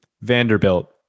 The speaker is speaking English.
Vanderbilt